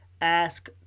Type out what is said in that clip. ask